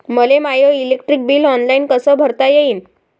मले my electric bill online कस भरता येईन?